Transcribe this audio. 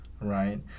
right